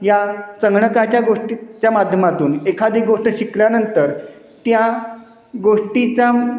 या संगणकाच्या गोष्टीच्या माध्यमातून एखादी गोष्ट शिकल्यानंतर त्या गोष्टीचा